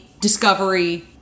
Discovery